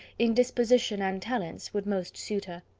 in disposition and talents, would most suit her.